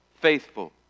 faithful